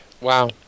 Wow